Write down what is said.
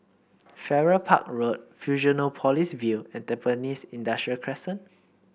Farrer Park Road Fusionopolis View and Tampines Industrial Crescent